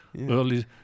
early